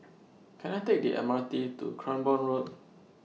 Can I Take The M R T to Cranborne Road